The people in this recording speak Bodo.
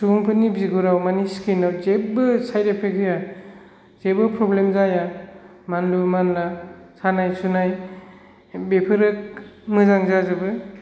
सुबुंफोरनि बिगुराव माने स्किन आव जेबो साइड इफेक्ट होआ जेबो प्रब्लेम जाया मानलु मानला सानाय सुनाय बेफोरो मोजां जाजोबो